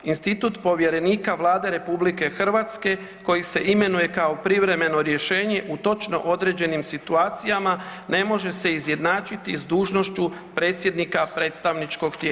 Institut povjerenika Vlade RH koji se imenuje kao privremeno rješenje u točno određenim situacijama ne može se izjednačiti s dužnošću predsjednika predstavničkog tijela.